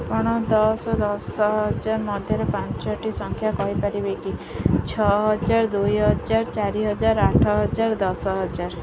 ଆପଣ ଦଶ ଦଶ ହଜାର ମଧ୍ୟରେ ପାଞ୍ଚଟି ସଂଖ୍ୟା କହିପାରିବେ କି ଛଅ ହଜାର ଦୁଇ ହଜାର ଚାରି ହଜାର ଆଠ ହଜାର ଦଶ ହଜାର